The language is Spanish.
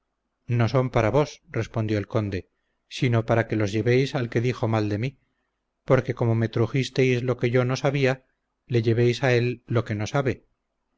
no son para vos respondió el conde sino para que los llevéis al que dijo mal de mí porque como me trujisteis lo que yo no sabia le llevéis a él lo que no sabe